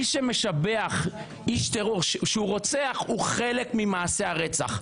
מי שמשבח איש טרור שהוא רוצח, הוא חלק ממעשה הרצח.